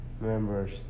members